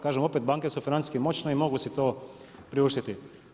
Kažem, opet banke su financijski moćne, i mogu si to priuštiti.